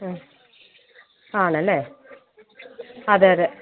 ആഹ് ആണല്ലേ അതെ അതെ